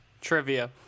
Trivia